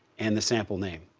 and the sample name.